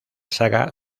saga